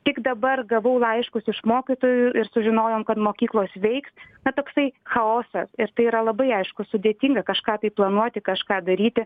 tik dabar gavau laiškus iš mokytojų ir sužinojom kad mokyklos veiks na toksai chaosas ir tai yra labai aišku sudėtinga kažką tai planuoti kažką daryti